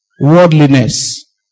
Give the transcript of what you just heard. worldliness